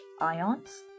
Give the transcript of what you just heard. ions